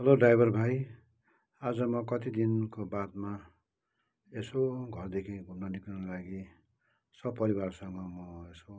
hello driver भाइ आज म कति दिनको बादमा यसो घरदेखि घुम्नु निक्लिनु लागि सपरिवारसँग म यसो